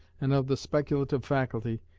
and of the speculative faculty,